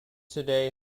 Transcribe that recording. today